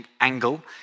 angle